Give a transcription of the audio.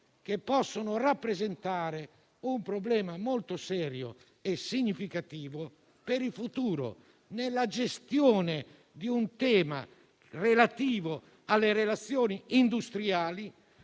che possono rappresentare un problema molto serio e significativo per il futuro, nella gestione di un tema relativo alle relazioni industriali,